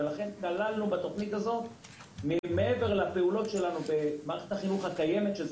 ולכן כללנו מעבר לפעולות שלנו במערכת החינוך הקיימת,